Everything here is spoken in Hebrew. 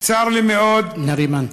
צר לי מאוד, נארימאן.